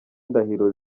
ndahiro